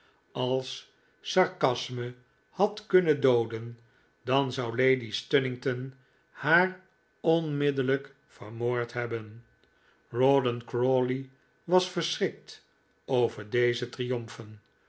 als sarcasme had kunnen dooden dan zou lady stunnington haar onmiddellijk vermoord hebben rawdon crawley was verschrikt over deze triomfen